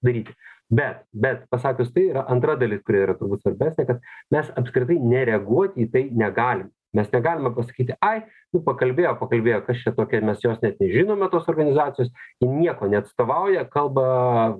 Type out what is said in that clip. daryti bet bet pasakius tai yra antra dalis kuri yra turbūt svarbesnė kad mes apskritai nereaguoti į tai negalim nes negalima pasakyti ai nu pakalbėjo pakalbėjo kas čia tokio mes jos net nežinome tos organizacijos ji nieko neatstovauja kalba